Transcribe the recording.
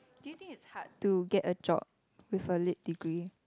do you think is hard to get a job with a leak degree